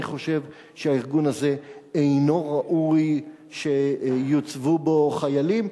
אני חושב שהארגון הזה אינו ראוי שיוצבו בו חיילים.